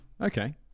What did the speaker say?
okay